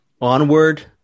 Onward